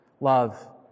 love